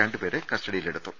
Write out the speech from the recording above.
രണ്ടുപേരെ കസ്റ്റഡിയിലെടുത്തു